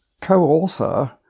co-author